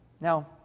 Now